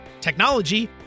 technology